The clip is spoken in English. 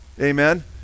amen